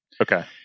Okay